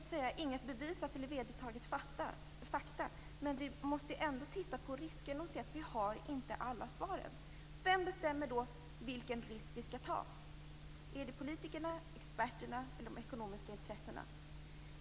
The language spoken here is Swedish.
Det är inget bevisat eller vedertaget faktum, men vi måste ändå titta på riskerna och erkänna att vi inte har alla svaren. Vem bestämmer vilken risk vi skall ta? Är det politikerna, experterna eller de ekonomiska intressena?